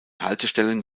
haltestellen